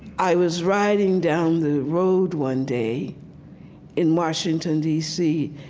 i was riding down the road one day in washington, d c,